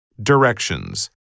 Directions